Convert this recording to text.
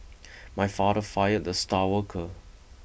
my father fired the star worker